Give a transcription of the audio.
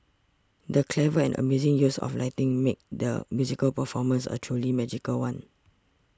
the clever and amazing use of lighting made the musical performance a truly magical one